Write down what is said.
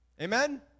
Amen